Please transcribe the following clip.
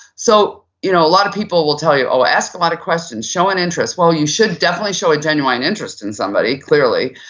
so you know a lot of people will tell you ask a lot of questions, show an interest, well, you should definitely show a genuine interest in somebody, clearly,